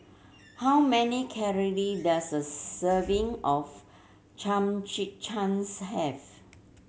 how many calory does a serving of Chimichangas have